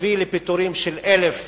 תביא לפיטורים של 1,000